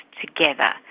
together